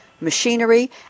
machinery